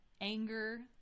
anger